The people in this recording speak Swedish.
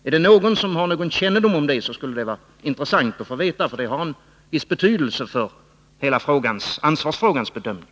Är det någon som har kännedom om det, 'skulle det vara intressant att få veta det, för det har en viss betydelse för hela ansvarsfrågans bedömning.